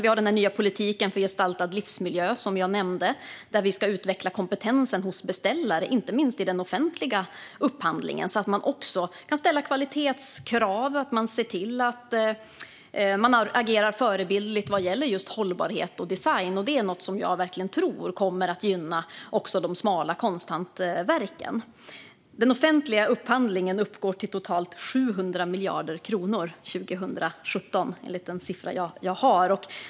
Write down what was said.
Vi har den nya politiken för gestaltad livsmiljö, som jag nämnde, där vi ska utveckla kompetensen hos beställare, inte minst i den offentliga upphandlingen, så att de ställer kvalitetskrav och agerar förebildligt vad gäller just hållbarhet och design. Det är något som jag verkligen tror kommer att gynna också de smala konsthantverken. Den offentliga upphandlingen uppgick till totalt 700 miljarder kronor 2017, enligt den siffra jag har.